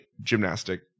gymnastic